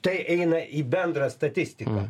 tai eina į bendrą statistiką